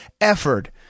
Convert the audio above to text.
effort